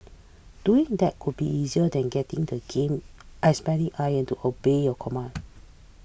doing that would be easier than getting the game lion to obey your command